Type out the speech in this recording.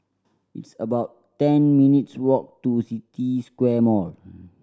it's about ten minutes' walk to City Square Mall